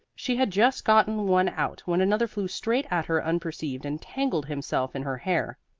she had just gotten one out when another flew straight at her unperceived and tangled himself in her hair.